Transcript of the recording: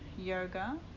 yoga